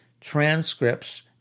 transcripts